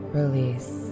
release